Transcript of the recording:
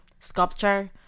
sculpture